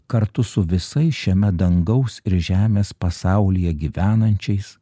kartu su visais šiame dangaus ir žemės pasaulyje gyvenančiais